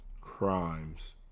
crimes